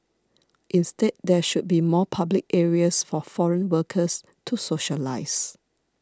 instead there should be more public areas for foreign workers to socialise